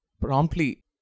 promptly